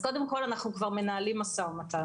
קודם כול, אנחנו כבר מנהלים משא ומתן.